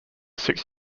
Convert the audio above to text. six